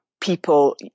people